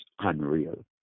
unreal